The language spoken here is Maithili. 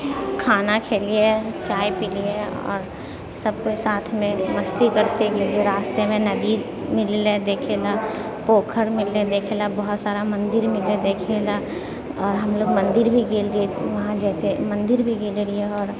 खाना खेलिऐ चाय पीलिऐ आओर सबके साथमे मस्ती करते गेलिऐ रास्तेमे नदी मिललै देखैला पोखर मिललै देखैला बहुत सारा मन्दिर मिललै देखैला आओर हमलोग मन्दिर भी गेल रहिऐ वहाँ जाइते मन्दिर भी गेल रहिऐ